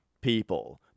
people